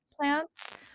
plants